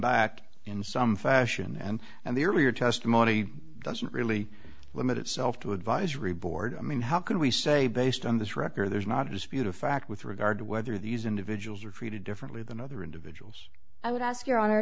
back in some fashion and and the earlier testimony doesn't really limit itself to advisory board i mean how can we say based on this record there's not a disputed fact with regard to whether these individuals are treated differently than other individuals i would ask your hon